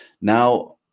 now